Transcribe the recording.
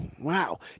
wow